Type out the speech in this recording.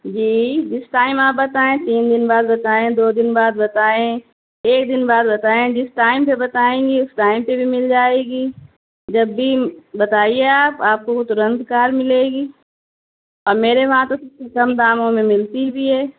جی جس ٹائم آپ بتائیں تین دن بعد بتائیں دو دن بعد بتائیں ایک دن بعد بتائیں جس ٹائم پہ بتائیں گی اس ٹائم پہ بھی مل جائے گی جب بھی بتائیے آپ آپ کو وہ ترنت کار ملے گی اور میرے وہاں پہ سب سے کم داموں میں ملتی بھی ہے